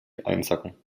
einsacken